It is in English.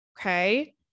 Okay